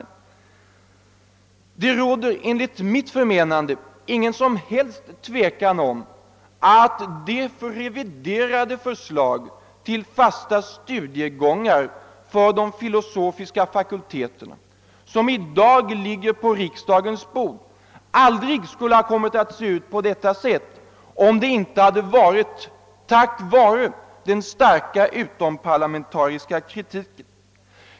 Det råder enligt mitt förmenande inget som helst tvivel om att det reviderade förslag till fasta studiegångar för de filosofiska fakulteterna som i dag ligger på riksdagens bord aldrig skulle ha kommit att se ut på detta sätt, om det inte hade varit tack vare den starka utomparlamentariska kritiken.